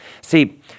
See